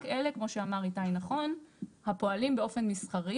רק אלה, כמו שאמר איתי נכון, הפועלים באופן מסחרי.